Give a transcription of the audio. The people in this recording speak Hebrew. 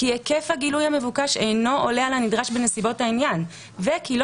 כי היקף הגילוי המבוקש אינו עולה על הנדרש בנסיבות העניין וכי לא